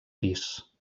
pis